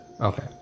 okay